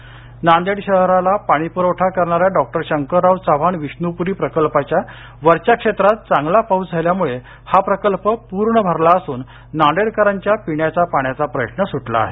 धरण नांदेड शहराला पाणीप्रवठा करणाऱ्या डॉक्टर शंकरराव चव्हाण विष्णुप्री प्रकल्पाच्या वरच्या क्षेत्रात चांगला पाऊस झाल्यामुळे हा प्रकल्प पूर्ण भरला असून नांदेडकरांच्या पिण्याच्या पाण्याचा प्रश्न सुटला आहे